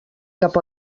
cap